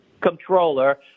controller